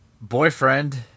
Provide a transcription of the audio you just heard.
boyfriend